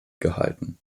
gehalten